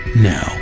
now